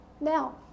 Now